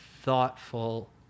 thoughtful